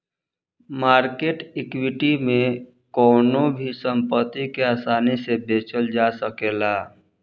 market equity में कवनो भी संपत्ति के आसानी से बेचल जा सकेला